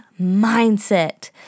mindset